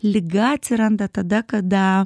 liga atsiranda tada kada